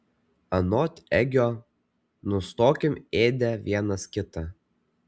anot egio nustokim ėdę vienas kitą